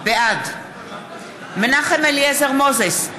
בעד מנחם אליעזר מוזס,